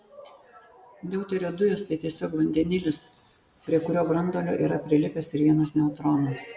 deuterio dujos tai tiesiog vandenilis prie kurio branduolio yra prilipęs ir vienas neutronas